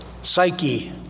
psyche